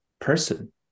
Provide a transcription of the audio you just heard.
person